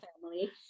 family